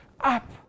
up